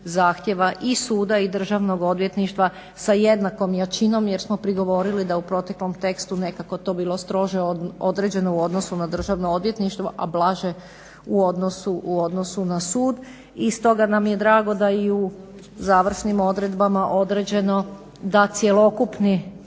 zahtjeva i suda i Državnog odvjetništva sa jednakom jačinom, jer smo prigovorili da u proteklom tekstu nekako to bilo strože određeno u odnosu na Državno odvjetništvo, a blaže u odnosu na sud. I stoga nam je drago da i u završnim odredbama određeno da cjelokupni